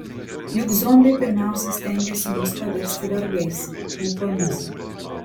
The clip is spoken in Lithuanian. juk zombiai pirmiausia stengiasi mus paversti vergais aukomis